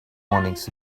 warnings